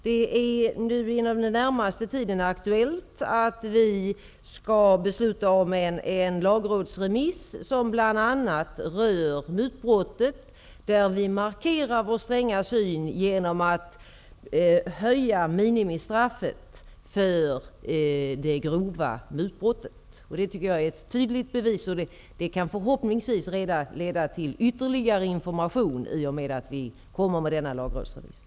Regeringen skall inom den närmaste tiden besluta om en lagrådsremiss, som bl.a. rör mutbrottet. Vi kommer där att markera vår stränga syn genom att höja minimistraffet för det grova mutbrottet. Jag tycker att detta är ett tydligt bevis för vår inställning. Att vi kommer med denna lagrådsremiss kan förhoppningsvis också ge ytterligare information.